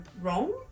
wrong